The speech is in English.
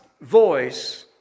voice